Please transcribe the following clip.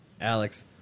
Alex